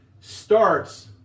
starts